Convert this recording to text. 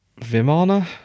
Vimana